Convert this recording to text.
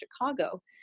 Chicago